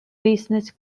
business